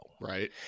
Right